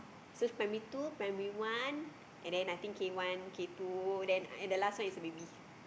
so primary two primary one and then I think K-one K-two then and the last one is baby